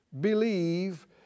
believe